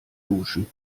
duschen